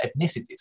ethnicities